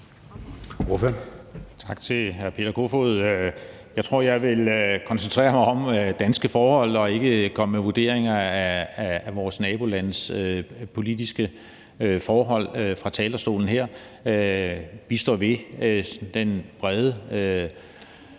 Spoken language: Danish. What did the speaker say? Tak til hr. Peter Kofod. Jeg tror, jeg vil koncentrere mig om danske forhold og ikke komme med vurderinger af vores nabolands politiske forhold her fra talerstolen. Vi står ved den brede